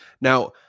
Now